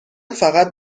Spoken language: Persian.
فقط